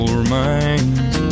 remains